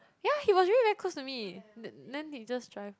yeah he was really very close to me then then he just drive